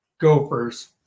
Gophers